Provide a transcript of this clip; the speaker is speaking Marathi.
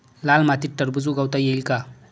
लाल मातीत टरबूज उगवता येईल का?